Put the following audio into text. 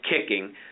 kicking